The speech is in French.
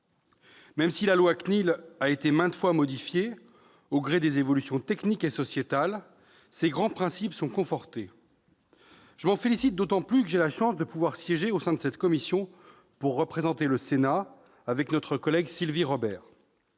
et libertés ait été maintes fois modifiée, au gré des évolutions techniques et sociétales, ses grands principes sont confortés. Je m'en félicite d'autant plus que j'ai la chance de pouvoir siéger au sein de la CNIL, où je représente le Sénat avec notre collègue Sylvie Robert.